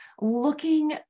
looking